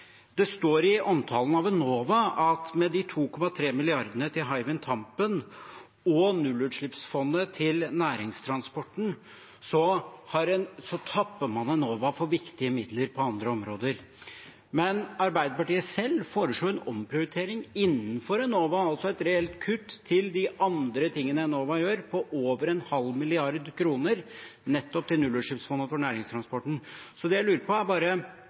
Det står i omtalen av Enova at med 2,3 mrd. kr til Hywind Tampen og nullutslippsfondet for næringstransporten tapper man Enova for viktige midler på andre områder. Men Arbeiderpartiet selv foreslår en omprioritering innenfor Enova, altså et reelt kutt til det andre Enova gjør, på over en halv milliard kroner nettopp til nullutslippsfondet for næringstransporten. Så det jeg lurer på, er bare: